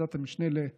ועדת המשנה למודיעין,